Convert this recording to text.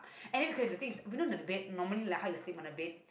and then okay the thing is you know the bed normally like how you sleep on the bed